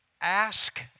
Ask